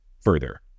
further